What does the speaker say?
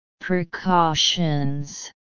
Precautions